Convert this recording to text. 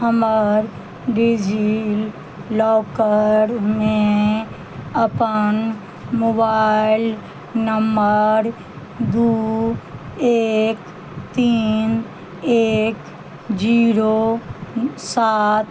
हमर डिजिलॉकरमे अपन मोबाइल नम्मर दू एक तीन एक जीरो सात